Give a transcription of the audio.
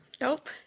Nope